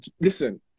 Listen